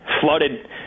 flooded